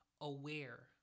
aware